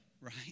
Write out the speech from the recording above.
right